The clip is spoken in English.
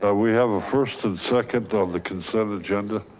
ah we have a first and second of the consent agenda.